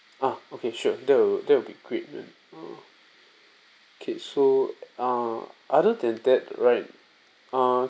ah okay sure that will that will be great then uh okay so uh other than that right uh